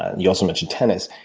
you also mentioned tennis,